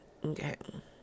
Okay